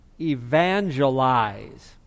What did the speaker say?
evangelize